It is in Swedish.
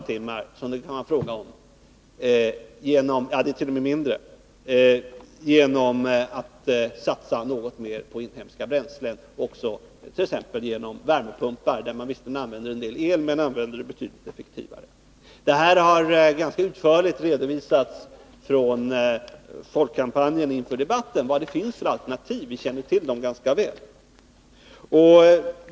mindre — som det kan vara fråga om genom att satsa något mer på inhemska bränslen, t.ex. genom värmepumpar, där man visserligen använder en del el men gör det betydligt effektivare. Vad det finns för alternativ har ganska utförligt redovisats av folkkampanjen, och vi känner till dem rätt väl.